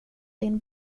din